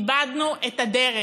איבדנו את הדרך.